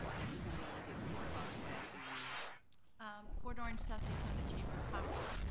at port orange at six o'clock at the port orange south daytona chamber of commerce.